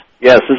Yes